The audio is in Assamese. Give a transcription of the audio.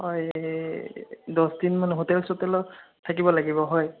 অঁ দহদিন মান হোটেল চোটেলত থাকিব লাগিব হয়